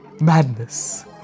Madness